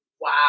Wow